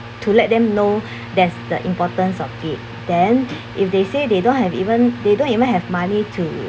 to let them know there's the importance of it then if they say they don't have even they don't even have money to